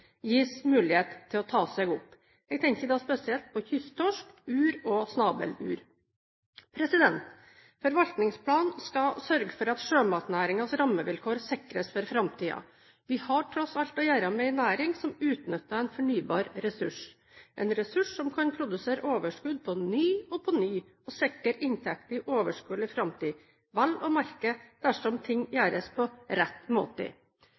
gis mulighet til å ta seg opp. Jeg tenker da spesielt på kysttorsk, uer og snabeluer. Forvaltningsplanen skal sørge for at sjømatnæringens rammevilkår sikres for framtiden. Vi har tross alt å gjøre med en næring som utnytter en fornybar ressurs, en ressurs som kan produsere overskudd på ny og på ny, og sikre inntekter i uoverskuelig framtid – vel å merke dersom ting gjøres på rett måte.